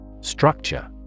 Structure